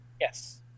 Yes